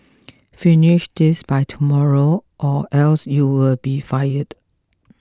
finish this by tomorrow or else you will be fired